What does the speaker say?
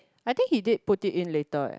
I think he did put it in later eh